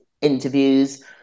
interviews